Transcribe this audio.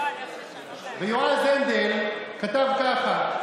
ויועז הנדל כתב ככה: